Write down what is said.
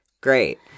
Great